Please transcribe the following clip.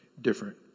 different